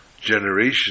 generation